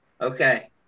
Okay